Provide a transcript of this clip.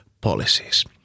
Policies